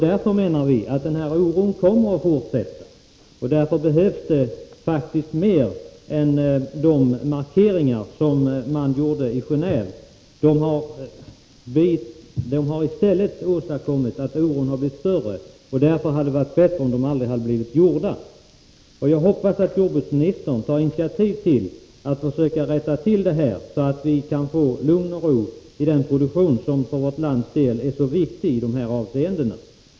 Därför menar vi att oron kommer att fortsätta, och därför behövs det faktiskt mer än de markeringar som har gjorts i Geneve. De har i stället åstadkommit att oron blivit större. Därför hade det varit bättre om de aldrig hade blivit gjorda. Jag hoppas att jordbruksministern tar initiativ till att försöka rätta till detta, så att vi kan få lugn och ro i den produktion som för vårt lands del är så viktig i de här avseendena.